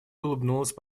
улыбнулась